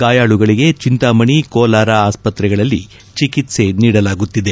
ಗಾಯಾಳುಗಳಿಗೆ ಚೆಂತಾಮಣಿ ಕೋಲಾರ ಆಸ್ಪತ್ರೆಗಳಲ್ಲಿ ಚಿಕಿತ್ಸೆ ನೀಡಲಾಗುತ್ತಿದೆ